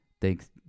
Thanks